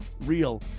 real